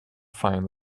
find